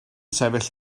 sefyll